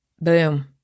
Boom